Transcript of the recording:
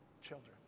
children